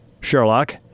Sherlock